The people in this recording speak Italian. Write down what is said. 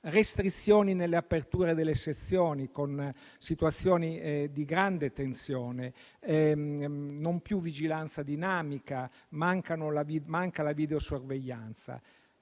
restrizioni nelle aperture delle sezioni con situazioni di grande tensione, non più vigilanza dinamica, mancanza della videosorveglianza.